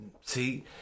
See